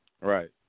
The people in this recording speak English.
Right